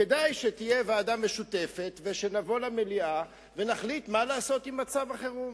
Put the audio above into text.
כדאי שתהיה ועדת משותפת ונבוא למליאה ונחליט מה לעשות עם מצב החירום.